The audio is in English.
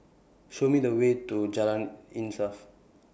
Show Me The Way to Jalan Insaf